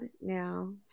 now